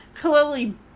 clearly